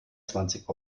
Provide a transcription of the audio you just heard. zwanzig